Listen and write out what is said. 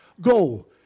go